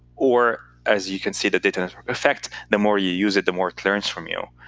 or as you can see the data effect, the more you use it, the more it learns from you.